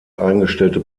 eingestellte